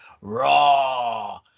Raw